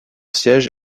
siège